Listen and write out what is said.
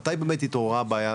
מתי באמת התעוררה הבעיה,